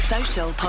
Social